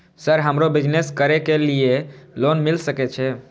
Sir हमरो business करके ली ये लोन मिल सके छे?